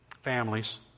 Families